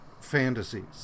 fantasies